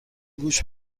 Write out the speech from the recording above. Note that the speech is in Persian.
گوش